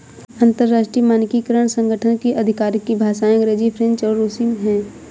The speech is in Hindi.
अंतर्राष्ट्रीय मानकीकरण संगठन की आधिकारिक भाषाएं अंग्रेजी फ्रेंच और रुसी हैं